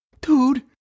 Dude